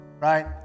right